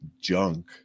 junk